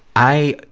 i,